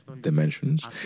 dimensions